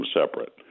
separate